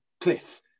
cliff